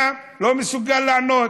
אתה לא מסוגל לענות,